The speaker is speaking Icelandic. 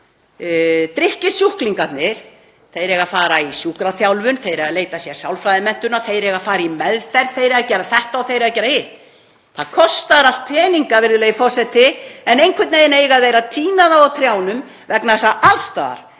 drykkjusjúklingarnir, eiga að fara í sjúkraþjálfun, þeir eiga að leita sér sálfræðiaðstoðar, þeir eiga að fara í meðferð, þeir eiga að gera þetta og þeir eiga að gera hitt. Það kostar allt peninga, virðulegi forseti, en einhvern veginn eiga þeir að tína þá af trjánum vegna þess að alls staðar